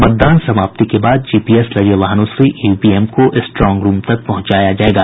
मतदान समाप्ति के बाद जीपीएस लगे वाहनों से ईवीएम को स्ट्रांग रूम तक पहुंचाया जायेगा